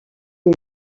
est